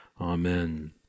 Amen